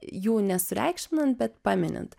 jų nesureikšminant bet paminint